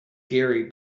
gary